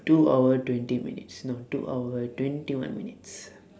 two hour twenty minutes no two hour twenty one minutes